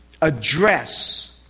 address